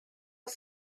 was